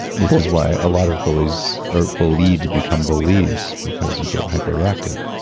which is why a lot of bullies are bullied to become bullies because you get hyper reactive.